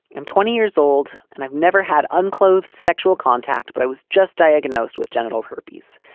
i'm twenty years old and i've never had unclothed sexual contact, but i was just diagnosed with genital herpes.